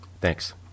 Thanks